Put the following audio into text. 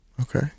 okay